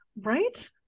Right